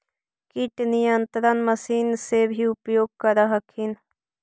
किट नियन्त्रण मशिन से भी उपयोग कर हखिन?